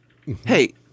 Hey